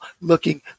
looking